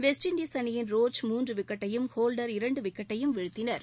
west Indies அணியின் Roach மூன்று விக்கெட்டையும் ஹோல்டர் இரண்டு விக்கெட்டையும் வீழ்த்தினர்